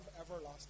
everlasting